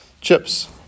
Chips